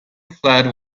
fled